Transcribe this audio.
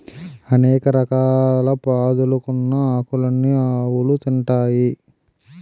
అనేక రకాల పాదులుకున్న ఆకులన్నీ ఆవులు తింటాయి